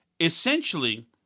Essentially